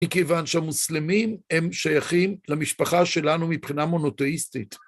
מכיוון שהמוסלמים הם שייכים למשפחה שלנו מבחינה מונותאיסטית.